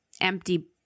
empty